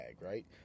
right